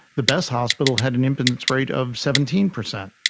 the best hospital had an impotence rate of seventeen percent.